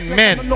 men